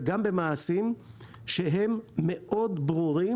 וגם לצאת במעשים מאוד ברורים,